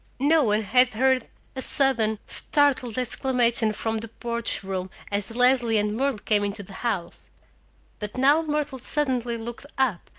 no one had heard a sudden, startled exclamation from the porch room as leslie and myrtle came into the house but now myrtle suddenly looked up,